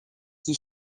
qui